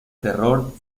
terror